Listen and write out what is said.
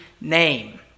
name